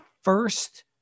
first